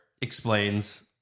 explains